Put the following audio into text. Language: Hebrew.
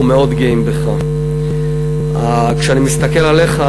מהמעטים כל כך שנושאים על הכתפיים עד הרגע הזה,